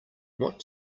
what